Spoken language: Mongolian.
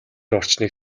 орчныг